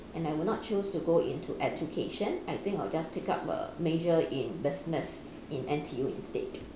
and I would not choose to go into education I think I would just take up a major in business in N_T_U instead